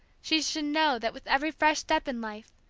she should know that with every fresh step in life,